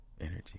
energy